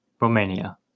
Romania